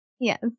Yes